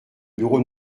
bureau